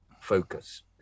focus